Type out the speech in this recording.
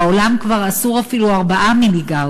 בעולם כבר אסור אפילו 4 מיליגאוס,